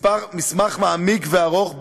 מסמך מעמיק וארוך,